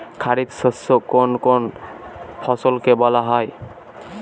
খারিফ শস্য কোন কোন ফসলকে বলা হয়?